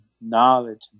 knowledge